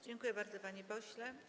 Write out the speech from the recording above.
Dziękuję bardzo, panie pośle.